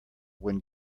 when